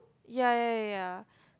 ya ya ya ya